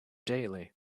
daily